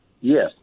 Yes